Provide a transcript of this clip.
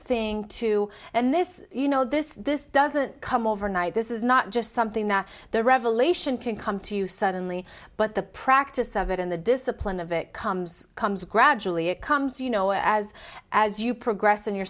thing to and this you know this this doesn't come overnight this is not just something that the revelation can come to you suddenly but the practice of it in the discipline of it comes comes gradually it comes you know as as you progress in your